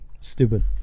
Stupid